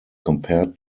compared